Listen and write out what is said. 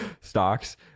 stocks